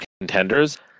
contenders